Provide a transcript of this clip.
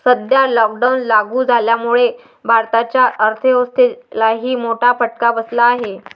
सध्या लॉकडाऊन लागू झाल्यामुळे भारताच्या अर्थव्यवस्थेलाही मोठा फटका बसला आहे